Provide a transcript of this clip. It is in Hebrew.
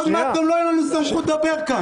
עוד מעט גם לא תהיה סמכות לדבר כאן.